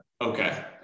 Okay